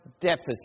deficit